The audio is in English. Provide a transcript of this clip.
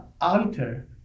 alter